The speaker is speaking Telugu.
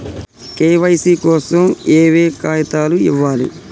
కే.వై.సీ కోసం ఏయే కాగితాలు ఇవ్వాలి?